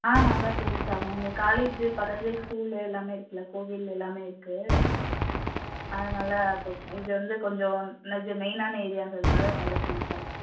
ஆ நல்லா சேல்ஸ் ஆகும் இங்கே காலேஜ்ஜி பக்கத்துலையே ஸ்கூலு எல்லாமே இருக்குல கோவில் எல்லாமே இருக்கு அதனால் இது வந்து கொஞ்சம் இது மெயினான ஏரியான்றதுனால நல்லா சேல்ஸ் ஆகும்